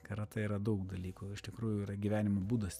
karatė yra daug dalykų iš tikrųjų yra gyvenimo būdas